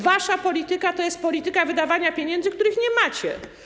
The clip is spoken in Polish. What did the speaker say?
Wasza polityka to jest polityka wydawania pieniędzy, których nie macie.